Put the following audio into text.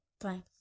Thanks